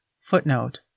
Footnote